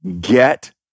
get